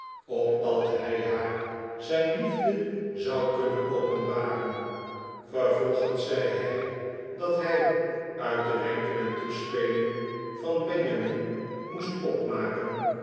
opdat hij haar zijn liefde zou kunnen openbaren vervolgens zei hij dat hij uit de wenken en toespelingen van benjamin moest opmaken